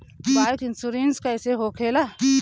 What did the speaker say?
Bike insurance कैसे होखे ला?